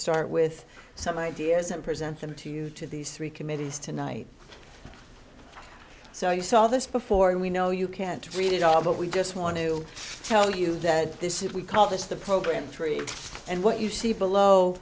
start with some ideas and present them to you to these three committees tonight so you saw this before and we know you can't read it all but we just want to tell you that this is we call this the program tree and what you see below